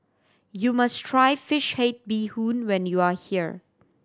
you must try fish head bee hoon when you are here